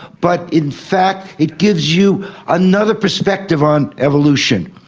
but in fact it gives you another perspective on evolution.